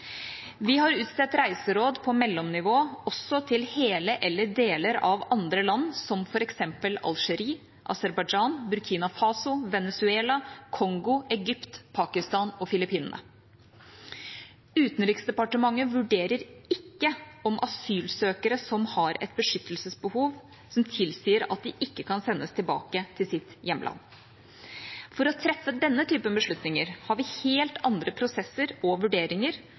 Vi har utstedt reiseråd på mellomnivå også til hele eller deler av andre land, som f.eks. Algerie, Aserbajdsjan, Burkina Faso, Venezuela, Kongo, Egypt, Pakistan og Filippinene. Utenriksdepartementet vurderer ikke om asylsøkere har et beskyttelsesbehov som tilsier at de ikke kan sendes tilbake til sitt hjemland. For å treffe denne typen beslutninger har vi helt andre prosesser og vurderinger.